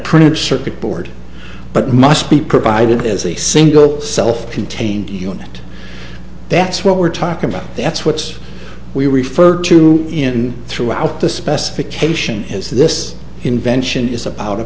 printed circuit board but must be provided as a single self contained unit that's what we're talking about that's what's we referred to in throughout the specification is this invention is about a